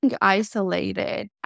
isolated